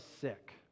sick